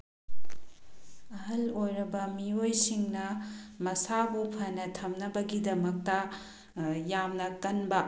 ꯑꯍꯜ ꯑꯣꯏꯔꯕ ꯃꯤꯑꯣꯏꯁꯤꯡꯅ ꯃꯁꯥꯕꯨ ꯐꯅ ꯊꯝꯅꯕꯒꯤꯗꯃꯛꯇ ꯌꯥꯝꯅ ꯀꯟꯕ